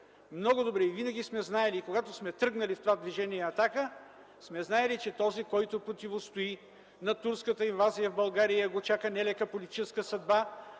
много добре и винаги сме знаели, и когато сме тръгнали в това движение „Атака” – сме знаели, че този, който противостои на турската инвазия в България, го чака нелека политическа съдба,